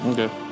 Okay